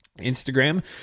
instagram